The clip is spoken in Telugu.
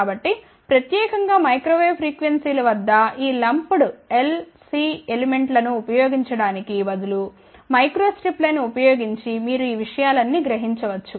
కాబట్టి ప్రత్యేకంగా మైక్రో వేవ్ ప్రీక్వెన్సీల వద్ద ఈ లంప్డ్ L C ఎలిమెంట్లను ఉపయోగించడానికి బదులు మైక్రోస్ట్రిప్ లైన్ ఉపయోగించి మీరు ఈ విషయాలన్నీ గ్రహించవచ్చు